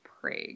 Prague